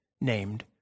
named